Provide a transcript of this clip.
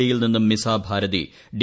D യിൽ നിന്നും Misa Bharti D